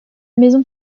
maison